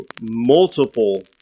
multiple